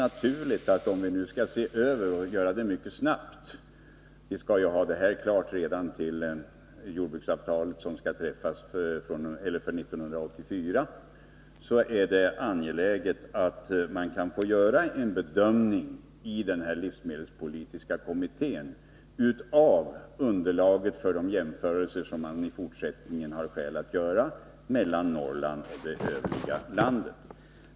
Men eftersom översynen måste göras mycket snabbt — vi skall ju ha den klar redan till jordbruksavtalet för 1984 — har jag ansett det vara både naturligt och angeläget att den livsmedelspolitiska kommittén får göra en bedömning av underlaget för de jämförelser som man i fortsättningen har skäl att göra mellan Norrland och det övriga landet.